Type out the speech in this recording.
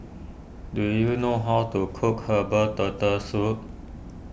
do you know how to cook Herbal Turtle Soup